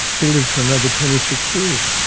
he lived for another twenty six years.